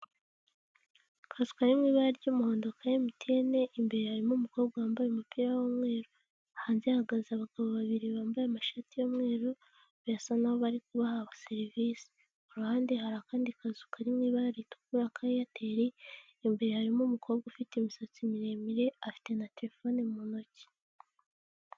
Akazu kari mu ibara ry'umuhondo, rya MTN imbere harimo umukobwa wambaye umupira w'umweru, hanze hahagaze abagabo babiri bambaye amashati y'umweru, birasa naho bari guhabwa serivisi, ku ruhande hari akandi kazu kari mu ibara ritukura ka AIRTEL, imbere harimo umukobwa ufite imisatsi miremire, afite na telefone mu ntoki.